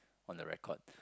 on the record